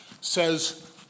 says